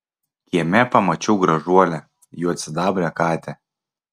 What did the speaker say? kieme pamačiau gražuolę juodsidabrę katę